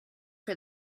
for